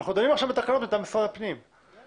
אנחנו דנים עכשיו בתקנות מטעם משרד הפנים והשר